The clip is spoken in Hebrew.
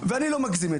ואני לא מגזים,